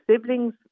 siblings